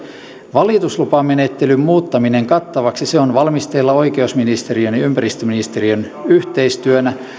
valituslupamenettelyn muuttaminen kattavaksi on valmisteilla oikeusministeriön ja ympäristöministeriön yhteistyönä